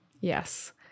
yes